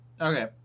Okay